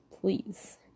please